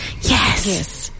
Yes